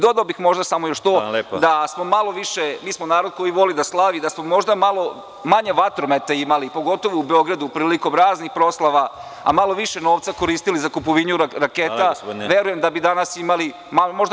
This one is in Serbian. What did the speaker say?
Dodao bih možda samo još to da smo mi narod koji voli da slavi, da smo malo manje vatrometa imali, pogotovo u Beogradu prilikom raznih proslava, a malo više novca koristili za kupovinu raketa, verujem da bi danas imali, možda